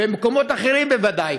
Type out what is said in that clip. ומקומות אחרים בוודאי,